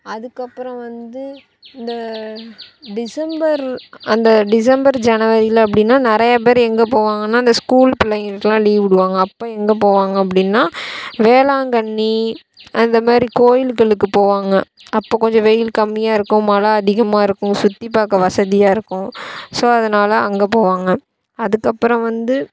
அதுக்கப்புறம் வந்து இந்த டிசம்பர் அந்த டிசம்பர் ஜனவரியில் அப்படின்னா நிறையா பேர் எங்கே போவாங்கன்னால் இந்த ஸ்கூல் பிள்ளைங்களுக்கெல்லாம் லீவ் விடுவாங்க அப்போ எங்கே போவாங்க அப்படின்னா வேளாங்கண்ணி அந்த மாதிரி கோயில்களுக்கு போவாங்க அப்போது கொஞ்சம் வெயில் கம்மியாக இருக்கும் மழை அதிகமாக இருக்கும் சுற்றி பார்க்க வசதியாக இருக்கும் ஸோ அதனாலே அங்கே போவாங்க அதுக்கப்புறம் வந்து